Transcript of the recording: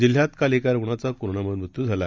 जिल्ह्यातकालाएकारुग्णाचाकोरोनामुळेमृत्यूझाला